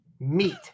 meat